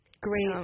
Great